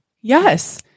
Yes